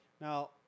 Now